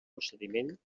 procediment